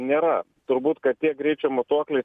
nėra turbūt kad tie greičio matuokliai